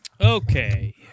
Okay